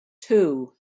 two